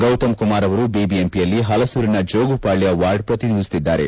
ಗೌತಮ್ ಕುಮಾರ್ ಅವರು ಬಿಬಿಎಂಪಿಯಲ್ಲಿ ಹಲಸೂರಿನ ಜೋಗುಪಾಳ್ಹ ವಾರ್ಡ್ ಶ್ರತಿನಿಧಿಸುತ್ತಿದ್ದಾರೆ